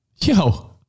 Yo